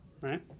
Right